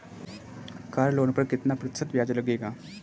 Car loan पर कितना प्रतिशत ब्याज लगेगा?